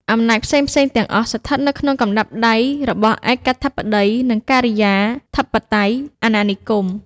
អំណាចផ្សេងៗទាំងអស់ស្ថិតនៅក្នុងកណ្តាប់ដៃរបស់ឯកាធិបតី និងការិយាធិបតេយ្យអាណានិគម។